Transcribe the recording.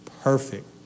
perfect